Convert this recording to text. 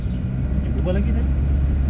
eh berbual lagi tengok